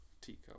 teacup